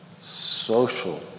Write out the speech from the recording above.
social